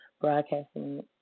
broadcasting